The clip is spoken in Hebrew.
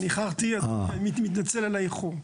אני מתנצל על האיחור.